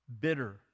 bitter